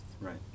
right